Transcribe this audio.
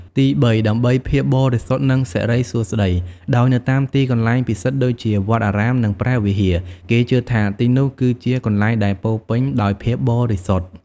ទីបីដើម្បី ភាពបរិសុទ្ធ និងសិរីសួស្តី ដោយនៅតាមទីកន្លែងពិសិដ្ឋដូចជាវត្តអារាម និងព្រះវិហារ គេជឿថាទីនោះគឺជាកន្លែងដែលពោរពេញដោយភាពបរិសុទ្ធ។